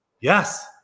Yes